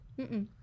Mm-mm